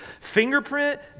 fingerprint